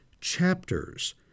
chapters